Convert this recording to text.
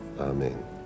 Amen